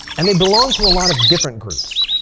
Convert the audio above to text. and they belong to a lot of different groups.